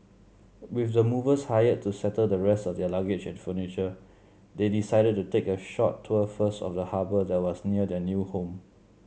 with the movers hired to settle the rest of their luggage and furniture they decided to take a short tour first of the harbour that was near their new home